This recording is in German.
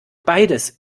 beides